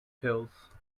pills